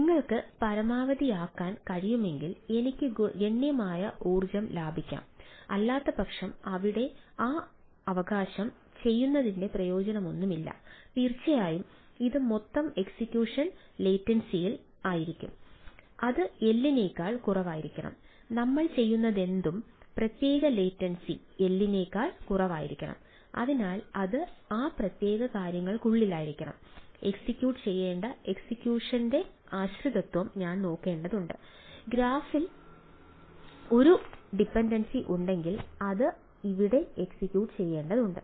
നിങ്ങൾക്ക് പരമാവധിയാക്കാൻ കഴിയുമെങ്കിൽ എനിക്ക് ഗണ്യമായ ഊർജ്ജം ലാഭിക്കാം അല്ലാത്തപക്ഷം അവിടെ ആ അവകാശം ചെയ്യുന്നതിന്റെ പ്രയോജനമൊന്നുമില്ല തീർച്ചയായും ഇത് മൊത്തം എക്സിക്യൂഷൻ ലേറ്റൻസിയിൽ ചെയ്യേണ്ട എക്സിക്യൂഷന്റെ ആശ്രിതത്വം ഞാൻ നോക്കേണ്ടതുണ്ട് ഗ്രാഫിൽ ഒരു ഡിപൻഡൻസി ഉണ്ടെങ്കിൽ അത് ഇവിടെ എക്സിക്യൂട്ട് ചെയ്യേണ്ടതുണ്ട്